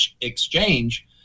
Exchange